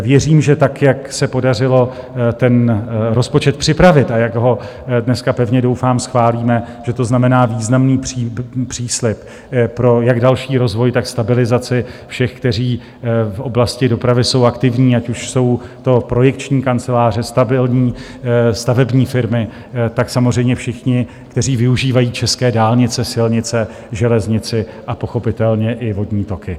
Věřím, že tak, jak se podařilo rozpočet připravit a jak ho dnes, pevně doufám, schválíme, že to znamená významný příslib jak pro další rozvoj, tak stabilizaci všech, kteří v oblasti dopravy jsou aktivní, ať už jsou to projekční kanceláře, stabilní stavební firmy, tak samozřejmě všichni, kteří využívají české dálnice, silnice, železnici a pochopitelně i vodní toky.